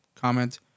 comment